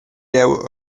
jeu